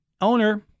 owner